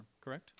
correct